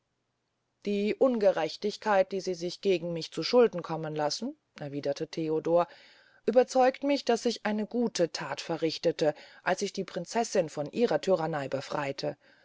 die ungerechtigkeit die sie sich gegen mich zu schulden kommen lassen erwiederte theodor überzeugt mich daß ich eine gute that verrichtete da ich die prinzessin von ihrer tyranney befreyte